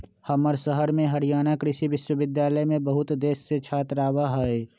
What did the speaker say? हमर शहर में हरियाणा कृषि विश्वविद्यालय में बहुत देश से छात्र आवा हई